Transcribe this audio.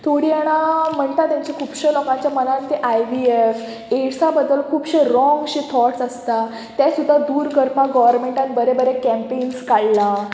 थोडीं जाणा म्हणटा तेंचे खुबशे लोकांच्या मनान ते आय व्ही एफ एड्सां बद्दल खुबशे रोंगशे थाॅट्स आसता ते सुद्दां दूर करपाक गोवोरमेंटान बरे बरे कॅम्पेन्स काडला